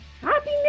Happy